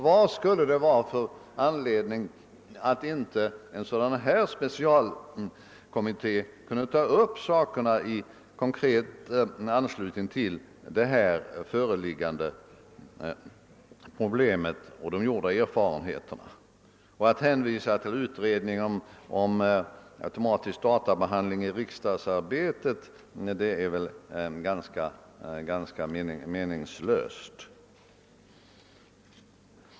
Vad skulle det kunna finnas för anledning att inte låta en speciell kommitté ta upp dessa saker i konkret anslutning till de gjorda erfarenheterna? Att hänvisa till utredningen om automatisk databehandling i riksdagsarbete är väl ganska meningslöst.